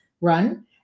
run